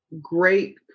great